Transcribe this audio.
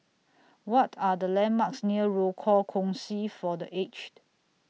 What Are The landmarks near Rochor Kongsi For The Aged